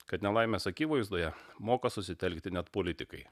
kad nelaimės akivaizdoje moka susitelkti net politikai